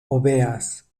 obeas